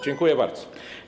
Dziękuję bardzo.